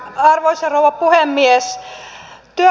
arvoisa rouva puhemies